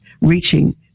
reaching